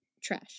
trash